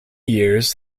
years